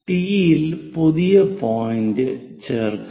T യിൽ പുതിയ point ചേർക്കുക